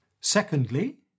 Secondly